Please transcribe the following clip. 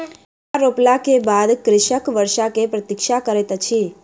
बीया रोपला के बाद कृषक वर्षा के प्रतीक्षा करैत अछि